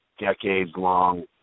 decades-long